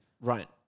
Right